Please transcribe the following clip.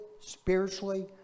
spiritually